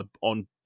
on